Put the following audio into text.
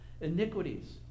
Iniquities